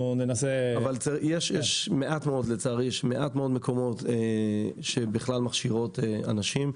יש מעט מאוד מקומות שבכלל מכשירות אנשים.